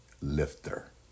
lifter